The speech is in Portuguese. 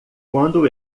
quando